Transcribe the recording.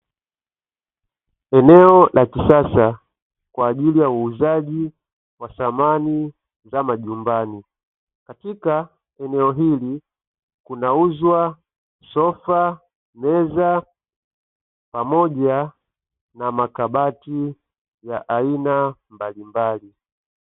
Eneo la kisasa kwa ajili ya uuzaji wa samani za majumbani katika eneo hili kunauzwa sofa, meza pamoja na makabati ya aina mbalimbali.